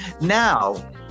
Now